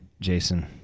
Jason